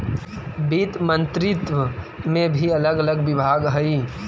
वित्त मंत्रित्व में भी अलग अलग विभाग हई